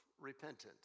repentance